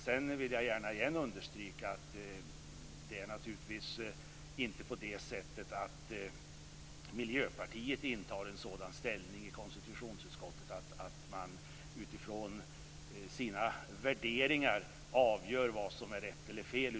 Jag vill gärna återigen understryka att Miljöpartiet inte intar en ställning i konstitutionsutskottet att man utifrån sina värderingar avgör vad som är rätt eller fel.